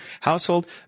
household